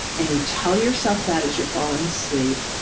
and you tell yourself that as you're falling sleep,